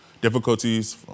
difficulties